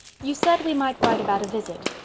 you said we might write about a visit.